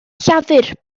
llafur